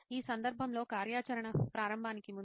ఈ సందర్భంలో కార్యాచరణ ప్రారంభానికి ముందు